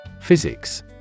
Physics